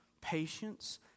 patience